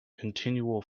continual